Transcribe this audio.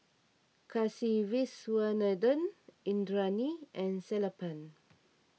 Kasiviswanathan Indranee and Sellapan